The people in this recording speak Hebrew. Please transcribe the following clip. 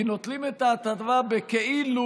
כי נותנים את ההטבה בכאילו,